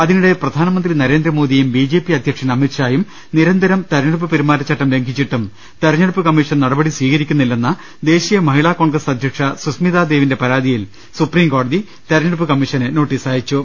അതിനിടെ പ്രധാനമന്ത്രി നരേന്ദ്രമോദിയും ബി ജെപി അധ്യക്ഷൻ അമി ത്ഷായും നിരന്തരം തെരഞ്ഞെടുപ്പ് പെരുമാറ്റചട്ടം ലംഘിച്ചിട്ടും തെരഞ്ഞെടുപ്പ് കമ്മീഷൻ നടപടി സ്വീകരിക്കുന്നില്ലെന്ന ദേശീയ മഹിളാ കോൺഗ്രസ് അധ്യക്ഷ സുസ്മിതാദേവിന്റെ പരാതിയിൽ സുപ്രീം കോടതി തെരഞ്ഞെടുപ്പ് കമ്മീഷന് നോട്ടീസ് അയച്ചു